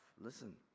Listen